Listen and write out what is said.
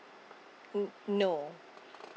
mm no